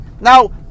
Now